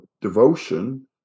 devotion